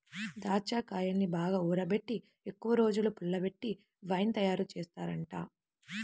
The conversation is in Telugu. దాచ్చాకాయల్ని బాగా ఊరబెట్టి ఎక్కువరోజులు పుల్లబెట్టి వైన్ తయారుజేత్తారంట